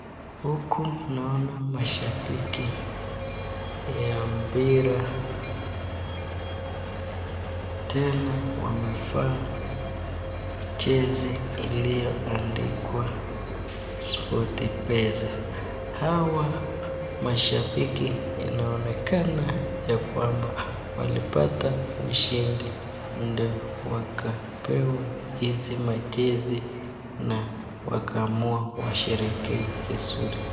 Huku naona mashabiki ya mpira, tena wamevaa jezi iliyoandikwa Sportpesa . Hawa mashabiki yanaonekana ya kwamba walipata ushindi ndio wakapewa hizi majezi na wakaamua washerehekee vizuri.